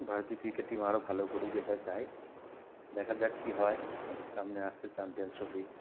ভারতীয় cricket team আরও ভালো করুক এটা চাই দেখা যাক কী হয় সামনে আসছে চ্যাম্পিয়ন্স ট্রফি